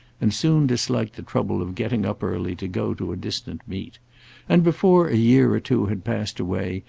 and soon disliked the trouble of getting up early to go to a distant meet and, before a year or two had passed away,